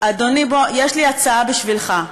אדוני, יש לי הצעה בשבילך.